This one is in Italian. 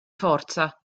forza